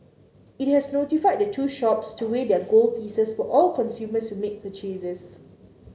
it has notified the two shops to weigh their gold pieces for all consumers who make purchases